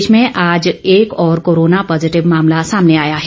प्रदेश में आज एक और कोरोना पॉजिटिव मामला सामने आया है